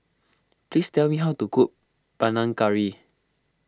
please tell me how to cook Panang Curry